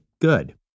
good